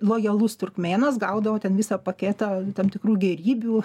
lojalus turkmėnas gaudavo ten visą paketą tam tikrų gėrybių